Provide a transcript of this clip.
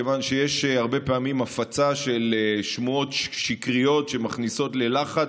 כיוון שיש הרבה פעמים הפצה של שמועות שקריות שמכניסות ללחץ.